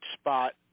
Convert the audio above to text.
spot